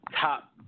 top